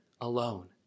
alone